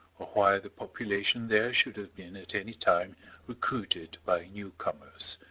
or why the population there should have been at any time recruited by new comers.